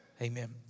Amen